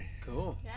cool